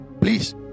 Please